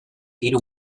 hiru